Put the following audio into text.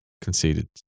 conceded